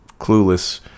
clueless